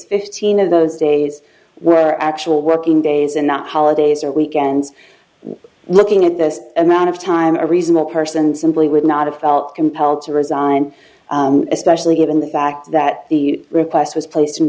fifteen of those days were actual working days and not holidays or weekends looking at this amount of time a reasonable person simply would not have felt compelled to resign especially given the fact that the request was placed in